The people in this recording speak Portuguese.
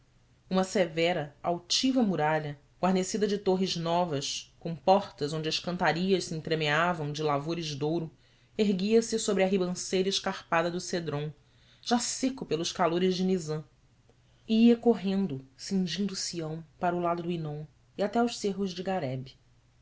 uma severa altiva muralha guarnecida de torres novas com portas onde as cantarias se entremeavam de lavores de ouro erguia-se sobre a ribanceira escarpada do cédron já seco pelos calores de nizam e ia correndo cingindo sião para o lado de hínon e até aos cerros de garebe